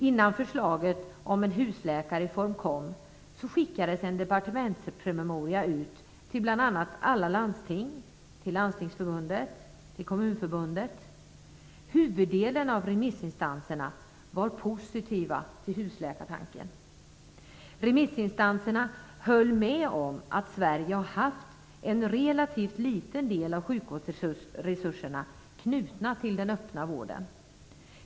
Innan förslaget om en husläkarreform kom skickades en departementspromemoria ut till bl.a. alla landsting, Landstingsförbundet och Kommunförbundet. Flertalet av remissinstanserna var positiva till husläkartanken. Remissinstanserna höll med om att Sverige har haft en relativt liten del av sjukvårdsresurserna knutna till den öppna vården.